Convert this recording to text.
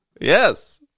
yes